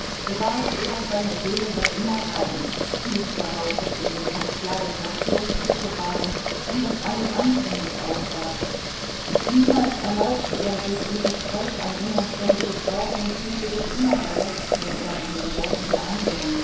bewahrte er seine seele doch immer rein hielt darauf daß in den kanzleien lackierte tische waren und daß alles anständig aussah niemals erlaubte er sich im gespräch ein unanständiges wort und fühlte sich immer verletzt wenn er in den worten der anderen